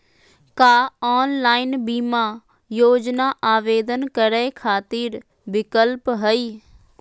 का ऑनलाइन बीमा योजना आवेदन करै खातिर विक्लप हई?